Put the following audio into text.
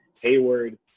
Hayward